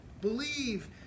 Believe